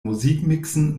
musikmixen